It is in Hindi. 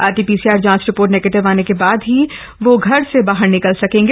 आरटी पीसीआर जांच रिपोर्ट निगेटिव आने के बाद ही वो घर से बाहर निकल सकेंगे